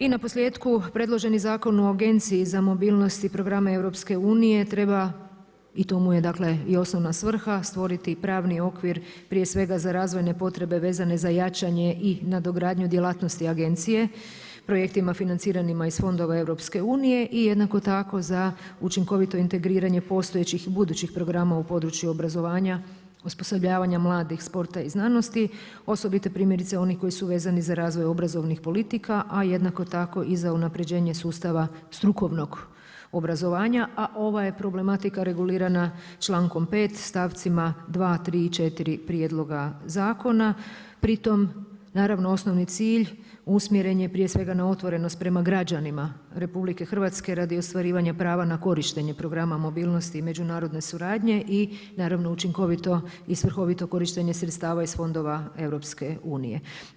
I naposljetku, predloženi zakon u Agenciji za mobilnost i programe EU-a, treba i to mu je dakle i osnovna svrha, stvoriti pravni okvir prije svega za razvojne potrebe vezane za jačanje i nadogradnju djelatnosti agencije projektima financiranima iz fondova EU-a i jednako tako za učinkovito integriranje postojećih i budućih programa u području obrazovanja, osposobljavanja mladih sporta i znanosti, osobito primjerice onih koji vezani za razvoj obrazovnih politika a jednako tako i za unapređenje sustava strukovnog obrazovanja a ova je problematika regulirana člankom 5. stavcima 2., 3. i 4. prijedloga zakona, pritom naravno, osnovni cilj usmjeren je prije svega na otvorenost prema građanima RH radi ostvarivanja prava na korištenje prava mobilnost i međunarodne suradnje i naravno, učinkovito i svrhovito korištenje sredstava iz fondova EU-a.